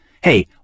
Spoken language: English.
hey